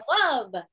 love